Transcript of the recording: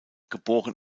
geboren